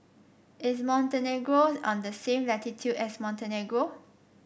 is Montenegro on the same latitude as Montenegro